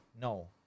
no